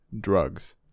drugs